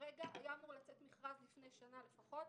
היה אמור לצאת מכרז לפני שנה לפחות.